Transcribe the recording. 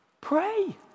Pray